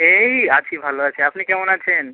এই আছি ভালো আছি আপনি কেমন আছেন